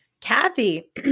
Kathy